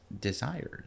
desires